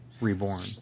reborn